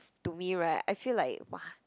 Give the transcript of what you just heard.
to me right I feel like !wah!